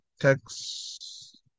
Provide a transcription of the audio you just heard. text